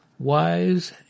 wise